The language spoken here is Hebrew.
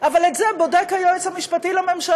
אבל את זה בודק היועץ המשפטי לממשלה.